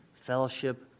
fellowship